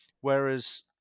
whereas